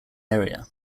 area